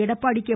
Edappadi K